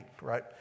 right